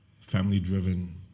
family-driven